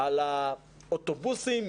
על אוטובוסים,